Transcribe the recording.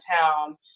town